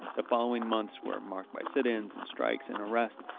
the following months were marked by sit-ins and strikes and arrests.